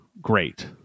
great